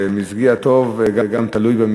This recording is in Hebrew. ומזגי הטוב תלוי,